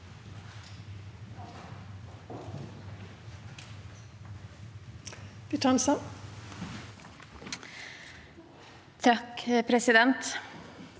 Takk, president,